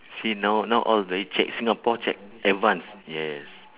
see now now all very check singapore check advance yes